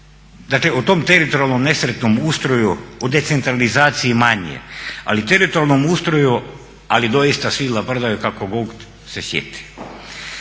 dakle o tom teritorijalnom nesretnom ustroju, o decentralizaciji manje, ali teritorijalnom ustroju, ali doista svi laprdaju kako god se sjeti.